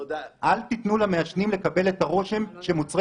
אל תיתנו למעשנים לקבל את הרושם שמוצרי